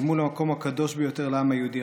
אל מול המקום הקדוש ביותר לעם היהודי,